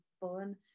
fun